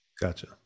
Gotcha